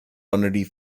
underneath